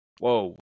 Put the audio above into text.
whoa